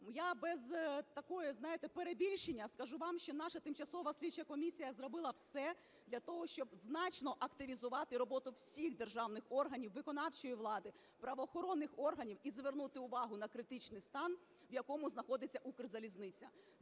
Я без такого, знаєте, перебільшення скажу вам, що наша тимчасова слідча комісія зробила все для того, щоб значно активізувати роботу всіх державних органів виконавчої влади, правоохоронних органів і звернути увагу на критичний стан, в якому знаходиться Укрзалізниця.